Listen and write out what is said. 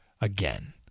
again